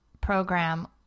program